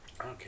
Okay